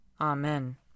Amen